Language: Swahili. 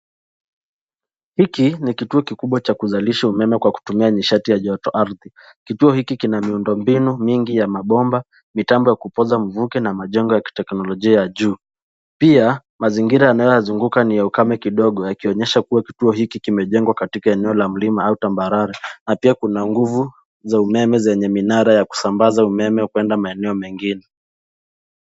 Hiki ni kituo kikubwa cha kuzalisha umeme kwa kutumia nishati ya joto ardhi. Kituo hiki kina miundo mbinu mingi ya mabomba. Mitambo ya kupoza mvuke na majengo ya kiteknolojia ya juu. Pia mazingira yanayo yazunguka ni ya ukame kidogo yakionyesha kuwa kituo hiki kimejengwa katika eneo la mlima au tambarara na pia kuna nguvu za umeme zenye minara ya kusambaza umeme kuenda maeneo mengine.